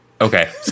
Okay